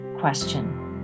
question